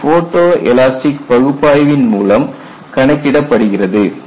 இது photoelastic பகுப்பாய்வின் மூலம் கணக்கிடப்படுகிறது